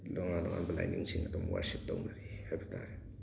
ꯇꯣꯉꯥꯟ ꯇꯣꯉꯥꯟꯕ ꯂꯥꯏꯅꯤꯡꯁꯤꯡ ꯑꯗꯨꯝ ꯋꯥꯔꯁꯤꯞ ꯇꯧꯅꯔꯤ ꯍꯥꯏꯕ ꯇꯥꯔꯦ